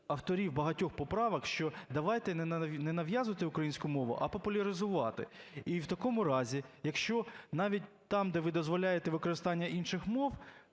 авторів багатьох поправок, що давайте не нав'язувати українську мову, а популяризувати. І в такому разі, якщо навіть там, де ви дозволяєте використання інших мов,